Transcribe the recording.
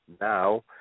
now